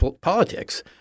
politics